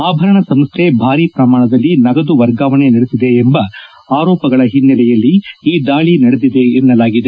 ಆಭರಣ ಸಂಸ್ಥೆ ಭಾರೀ ಪ್ರಮಾಣದಲ್ಲಿ ನಗದು ವರ್ಗಾವಣೆ ನಡೆಸಿದೆ ಎಂಬ ಆರೋಪಗಳ ಹಿನ್ನೆಲೆಯಲ್ಲಿ ಈ ದಾಳಿ ನಡೆದಿದೆ ಎನ್ನಲಾಗಿದೆ